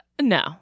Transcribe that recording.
no